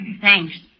Thanks